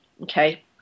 Okay